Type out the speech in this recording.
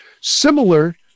Similar